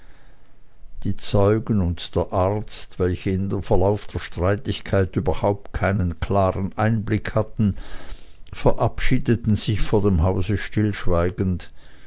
die zeugen und der arzt welche in den verlauf der streitigkeit überhaupt keinen klaren einblick hatten verabschiedeten sich vor dem hause stillschweigend